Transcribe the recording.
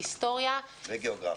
היסטוריה וגיאוגרפיה.